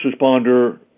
responder